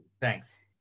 Thanks